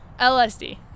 LSD